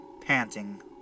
panting